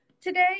today